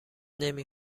نمی